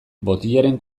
botilaren